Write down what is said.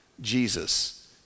Jesus